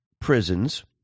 prisons